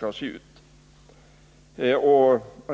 projektet.